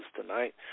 tonight